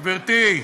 גברתי,